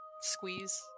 squeeze